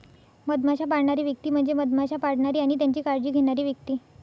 मधमाश्या पाळणारी व्यक्ती म्हणजे मधमाश्या पाळणारी आणि त्यांची काळजी घेणारी व्यक्ती